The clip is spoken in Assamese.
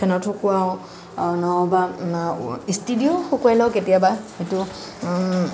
ফেনত শুকুৱাও নহ'বা ইষ্ট্ৰি দিওঁ শুকুৱাই লওঁ কেতিয়াবা এইটো